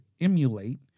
emulate